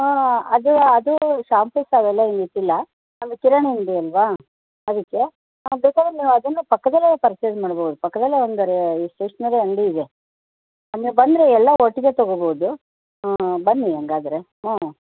ಹಾಂ ಅದು ಅದು ಶಾಂಪುಸ್ ಅವೆಲ್ಲ ಇಲ್ಲಿ ಇಟ್ಟಿಲ್ಲ ನಮ್ಮದು ಕಿರಾಣಿ ಅಂಗಡಿ ಅಲ್ಲವಾ ಅದಕ್ಕೆ ಹಾಂ ಬೇಕಾದರೆ ನೀವು ಅದನ್ನೂ ಪಕ್ಕದಲ್ಲೇ ಪರ್ಚೇಸ್ ಮಾಡ್ಬೋದು ಪಕ್ದಲ್ಲೇ ಒಂದು ರೇ ಈ ಸ್ಟೇಷ್ನರಿ ಅಂಗಡಿ ಇದೆ ನೀವು ಬಂದರೆ ಎಲ್ಲ ಒಟ್ಟಿಗೆ ತಗೋಬೋದು ಬನ್ನಿ ಹಂಗಾದ್ರೆ ಹ್ಞೂ